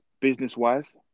business-wise